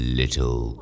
little